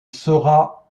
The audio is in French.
sera